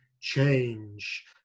change